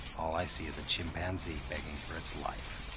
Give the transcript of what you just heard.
all i see is a chimpanzee begging for its life.